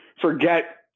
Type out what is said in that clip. forget